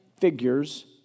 figures